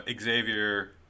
Xavier